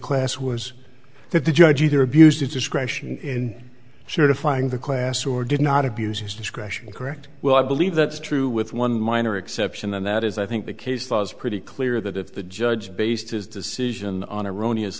class was that the judge either abused its discretion in certifying the class or did not abuse his discretion correct well i believe that's true with one minor exception and that is i think the case was pretty clear that if the judge based his decision on a roni is